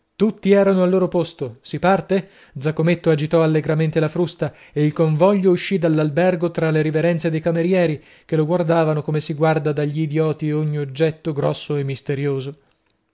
tutti erano al loro posto si parte zaccometto agitò allegramente la frusta e il convoglio uscì dall'albergo tra le riverenze dei camerieri che lo guardavano come si guarda dagli idioti ogni oggetto grosso e misterioso